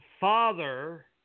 father